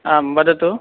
आं वदतु